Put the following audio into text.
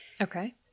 Okay